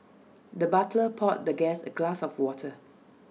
the butler poured the guest A glass of water